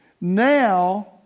Now